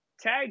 tag